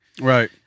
Right